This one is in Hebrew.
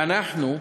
ואנחנו,